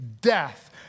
death